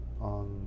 on